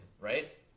right